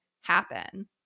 happen